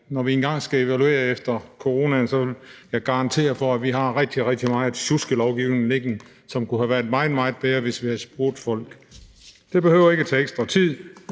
Når vi engang skal evaluere efter coronaen, vil jeg garantere for, at vi har rigtig, rigtig meget sjusket lovgivning liggende, som kunne have været meget, meget bedre, hvis vi havde spurgt folk. Det behøver ikke at tage ekstra tid,